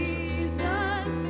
Jesus